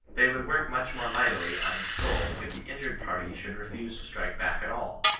they would work much more mightily on his soul if the injured party should re fuse to strike back at all.